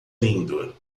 lindo